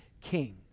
king